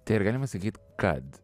tai ar galima sakyt kad